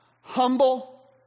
humble